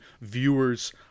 viewers